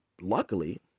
luckily